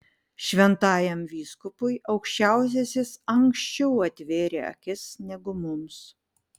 šventajam vyskupui aukščiausiasis anksčiau atvėrė akis negu mums